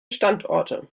standorte